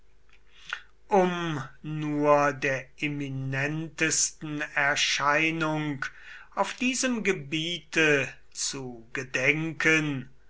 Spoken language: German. um nur der eminentesten erscheinung auf diesem gebiete zu gedenken